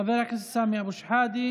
חבר הכנסת סמי אבו שחאדה,